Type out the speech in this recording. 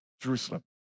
Jerusalem